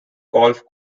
golf